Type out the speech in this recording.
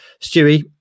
Stewie